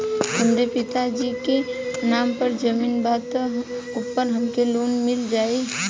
हमरे पिता जी के नाम पर जमीन बा त ओपर हमके लोन मिल जाई?